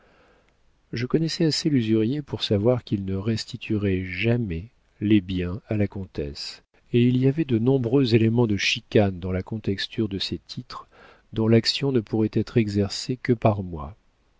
je connaissais assez l'usurier pour savoir qu'il ne restituerait jamais les biens à la comtesse et il y avait de nombreux éléments de chicane dans la contexture de ces titres dont l'action ne pouvait être exercée que par moi